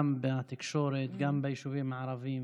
גם בתקשורת וגם ביישובים הערביים,